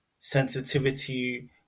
sensitivity